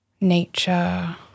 nature